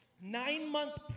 nine-month